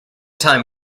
time